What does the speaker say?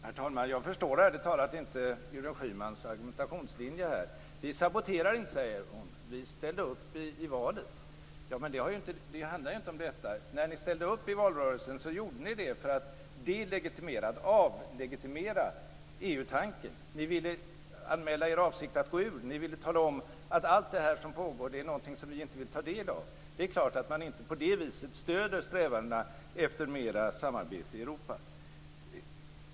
Herr talman! Jag förstår ärligt talat inte Gudrun Schymans argumentationslinje. Vi saboterar inte, säger hon. Vi ställde upp i valet. Men det handlar ju inte om detta. När ni ställde upp i valrörelsen gjorde ni det för att avlegitimera EU-tanken. Ni ville anmäla er avsikt att gå ur. Ni ville tala om att allt det som pågår är något som ni inte vill ta del av. Det är klart att man inte på det viset stöder strävandena efter mera samarbete i Europa.